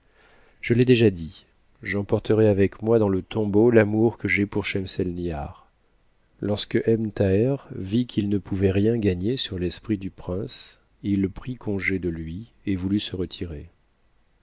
je l'ai déjà dit j'emporterai avec moi dans le tombeau l'amour que j'ai pour schemselnihar lorsque ebn thaher vit qu'il ne pouvait rien gagner sur l'esprit du prince il prit congé de lui et voulut se retirer